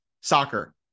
soccer